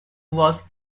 was